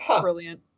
brilliant